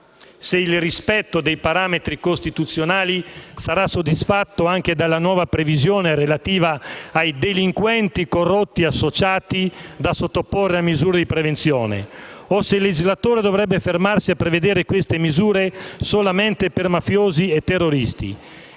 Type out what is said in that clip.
se il rispetto dei parametri costituzionali sarà soddisfatto anche dalla nuova previsione relativa ai delinquenti corrotti associati, da sottoporre a misure di prevenzione, o se il legislatore dovrebbe fermarsi a prevedere queste misure solamente per mafiosi e terroristi.